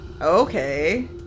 Okay